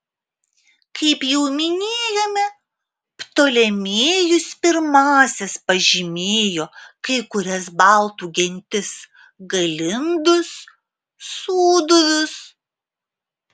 kaip jau minėjome ptolemėjus pirmasis pažymėjo kai kurias baltų gentis galindus sūduvius